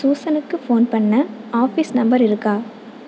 சூசனுக்கு phone பண்ண office number இருக்கா